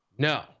No